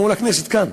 מול הכנסת כאן.